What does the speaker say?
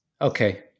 Okay